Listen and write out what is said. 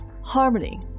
harmony